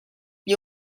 gli